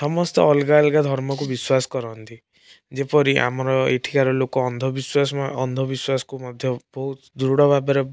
ସମସ୍ତେ ଅଲଗା ଅଲଗା ଧର୍ମକୁ ବିଶ୍ୱାସ କରନ୍ତି ଯେପରି ଆମର ଏଇଠିକାର ଲୋକ ଅନ୍ଧବିଶ୍ୱାସ ଅନ୍ଧବିଶ୍ୱାସକୁ ମଧ୍ୟ ବହୁତ ଦୃଢ଼ ଭାବରେ